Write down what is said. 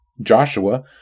Joshua